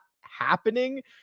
happening